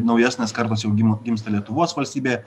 naujesnės kartos jau gim gimsta lietuvos valstybėje